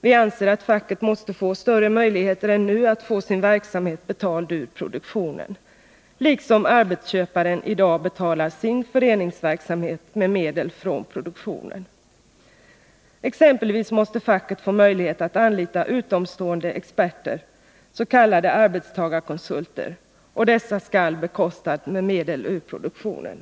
Vi anser att facket måste få större möjligheter än nu att få sin verksamhet betald ur produktionen, liksom arbetsköparen i dag betalar sin föreningsverksamhet med medel från produktionen. Exempelvis måste facket få möjlighet att anlita utomstående experter, s.k. arbetstagarkonsulter. Och dessa skall Nr 34 bekostas med medel ur produktionen.